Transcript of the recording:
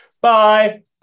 Bye